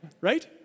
Right